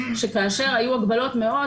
שכאשר היו הגבלות מאוד